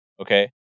Okay